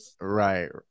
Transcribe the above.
right